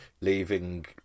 leaving